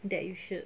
that you should